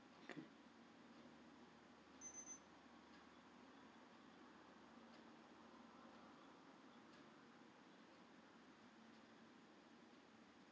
okay